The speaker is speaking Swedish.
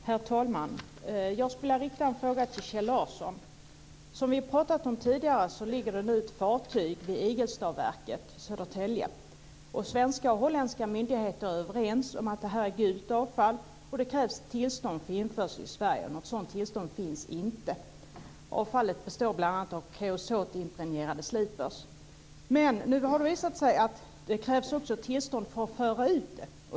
Herr talman! Jag skulle vilja rikta en fråga till Som vi talat om tidigare ligger det nu ett fartyg vid Igelstaverket i Södertälje. Svenska och holländska myndigheter är överens om att det är fråga om gult avfall, för vilket det krävs tillstånd att föra in i Sverige. Något sådant tillstånd finns inte. Avfallet består bl.a. av kreosotimpregnerade slipers. Nu har det visat sig att det också krävs tillstånd för att föra ut det.